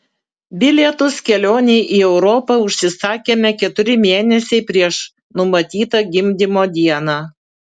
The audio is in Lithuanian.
bilietus kelionei į europą užsisakėme keturi mėnesiai prieš numatytą gimdymo dieną